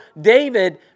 David